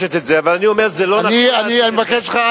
אני מבטיח לחבר הכנסת ברכה.